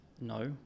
No